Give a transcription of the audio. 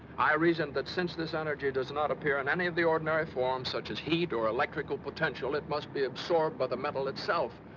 i reasoned that since this energy does not appear in any of the ordinary forms. such as heat or electrical potential, it must be absorbed by the metal itself.